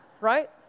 Right